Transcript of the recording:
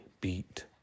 beat